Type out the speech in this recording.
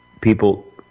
people